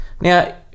Now